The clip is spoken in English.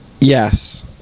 yes